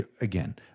again